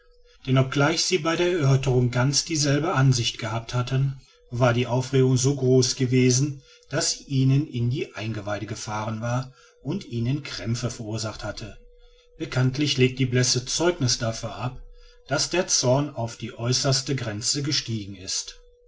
denn obgleich sie bei der erörterung ganz dieselbe ansicht gehabt hatten war die aufregung so groß gewesen daß sie ihnen in die eingeweide gefahren war und ihnen krämpfe verursacht hatte bekanntlich legt die blässe zeugniß dafür ab daß der zorn auf die äußerste grenze gestiegen ist